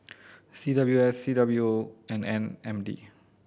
C W S C W O and M N D